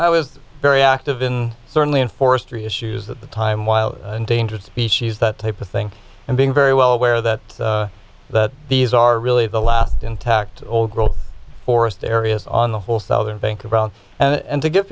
i was very active in certainly in forestry issues at the time while endangered species that type of thing and being very well aware that that these are really the last intact old growth forest areas on the whole southern bank around and to give